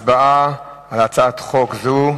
הצבעה על הצעת חוק זו,